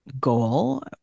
goal